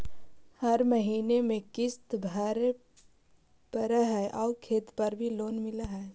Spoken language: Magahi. हर महीने में किस्त भरेपरहै आउ खेत पर भी लोन मिल है?